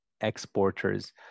exporters